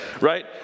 right